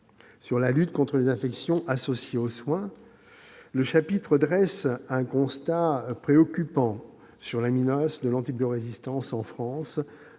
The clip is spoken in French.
de lutte contre les infections associées aux soins, le chapitre dresse un constat préoccupant sur la menace de l'antibiorésistance en France.